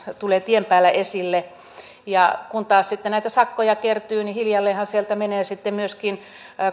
tulee tien päällä esille kun taas sitten näitä sakkoja kertyy niin hiljalleenhan sieltä menee sitten myöskin